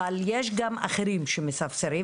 אבל יש גם אחרים שמספסרים.